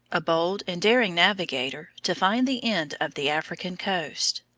a bold and daring navigator, to find the end of the african coast.